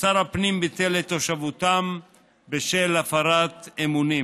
ושר הפנים ביטל את תושבותם בשל הפרת אמונים.